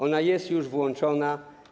Ona jest już włączona.